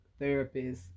therapists